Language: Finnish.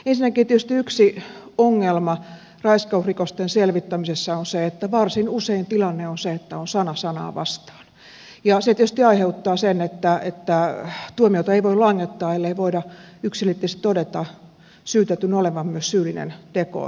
ensinnäkin tietysti yksi ongelma raiskausrikosten selvittämisessä on se että varsin usein tilanne on se että on sana sanaa vastaan ja se tietysti aiheuttaa sen että tuomiota ei voi langettaa ellei voida yksiselitteisesti todeta syytetyn olevan myös syyllinen tekoon